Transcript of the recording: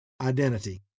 Identity